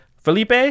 Felipe